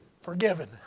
Forgiven